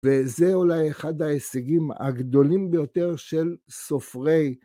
וזה אולי אחד ההישגים הגדולים ביותר של סופרי.